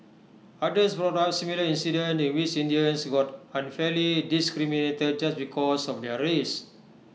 others brought up similar incidents in which Indians got unfairly discriminated just because of their race